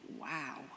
wow